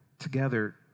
together